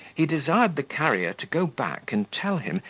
he desired the carrier to go back and tell him,